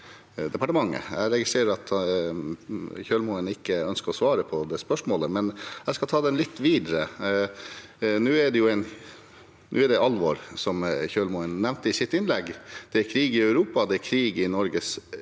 at representanten Kjølmoen ikke ønsker å svare på spørsmålet, men jeg skal ta det litt videre. Nå er det alvor, som Kjølmoen nevnte i sitt innlegg. Det er krig i Europa, det er krig i Norges